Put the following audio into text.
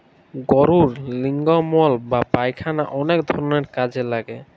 গরুর লির্গমল বা পায়খালা অলেক ধরলের কাজে লাগে